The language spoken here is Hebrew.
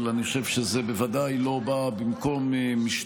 אבל אני חושב שזה בוודאי לא בא במקום משטרה